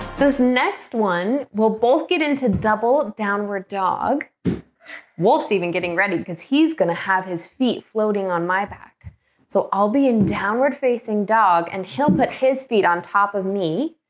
this next one will both get into double downward dog wolf's even getting ready because he's gonna have his feet floating on my back so i'll be in downward-facing dog and he'll put his feet on top of me